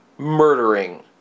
murdering